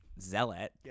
zealot